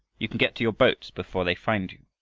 you can get to your boats before they find you.